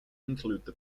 include